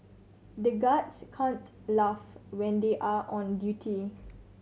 the guards can't laugh when they are on duty